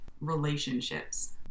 relationships